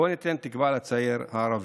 בואו ניתן תקווה לצעיר הערבי.